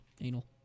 Anal